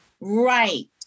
right